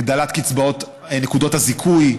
הגדלת נקודות הזיכוי,